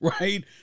right